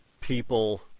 people